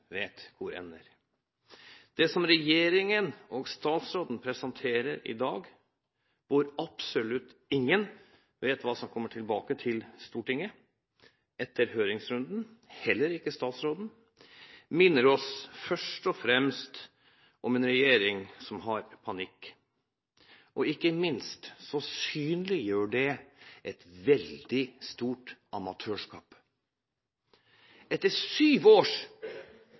vet hvor ender. Det som regjeringen og statsråden presenterer i dag – og absolutt ingen vet hva som kommer tilbake til Stortinget etter høringsrunden, heller ikke statsråden – minner oss først og fremst om en regjering som har panikk. Ikke minst synliggjør det et veldig stort amatørskap. Etter syv års